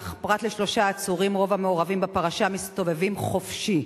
אך פרט לשלושה עצורים רוב המעורבים בפרשה מסתובבים חופשי.